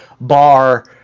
bar